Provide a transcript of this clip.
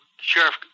Sheriff